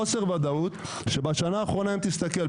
חוסר וודאות שבשנה האחרונה אם תסתכל,